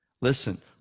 Listen